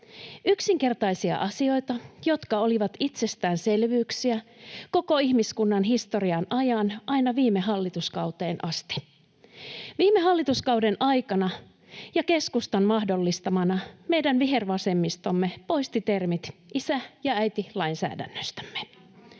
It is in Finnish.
Yksinkertaisia asioita, jotka olivat itsestäänselvyyksiä koko ihmiskunnan historian ajan aina viime hallituskauteen asti. Viime hallituskauden aikana ja keskustan mahdollistamana meidän vihervasemmistomme poisti termit ”isä” ja ”äiti” lainsäädännöstämme.